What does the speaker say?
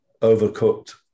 overcooked